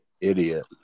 idiot